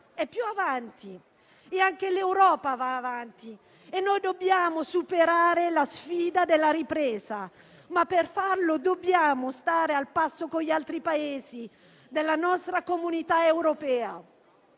è più avanti e anche l'Europa va avanti. Dobbiamo superare la sfida della ripresa, ma per farlo dobbiamo stare al passo con gli altri Paesi della nostra comunità europea.